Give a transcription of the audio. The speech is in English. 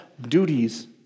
duties